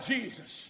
Jesus